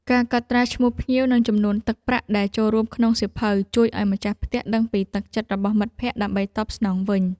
ការកត់ត្រាឈ្មោះភ្ញៀវ និងចំនួនទឹកប្រាក់ដែលចូលរួមក្នុងសៀវភៅ ជួយឱ្យម្ចាស់ផ្ទះដឹងពីទឹកចិត្តរបស់មិត្តភក្តិដើម្បីតបស្នងវិញ។